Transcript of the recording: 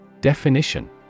Definition